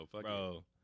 bro